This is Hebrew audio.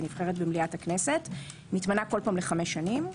היא נבחרת במליאת הכנסת ומתמנה כול פעם לחמש שנים.